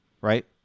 right